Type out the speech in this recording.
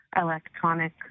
electronic